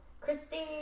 Christine